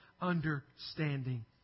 understanding